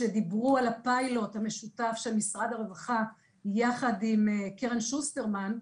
שדיברו על הפיילוט המשותף של משרד הרווחה יחד עם קר שוסטרמן.